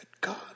God